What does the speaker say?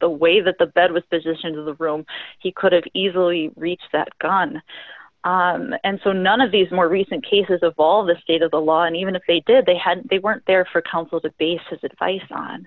the way that the bed was positioned of the room he could have easily reached that gone and so none of these more recent cases of all the state of the law and even if they did they had they weren't there for counsel to base his advice on